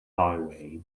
highway